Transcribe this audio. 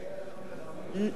השר פלד, בעד או נגד?